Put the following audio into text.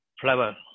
flower